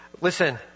Listen